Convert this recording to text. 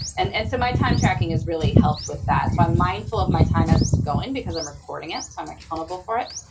and and so my time tracking has really helped with that. so i'm mindful of my time as it's going because i'm recording it so i'm accountable for it.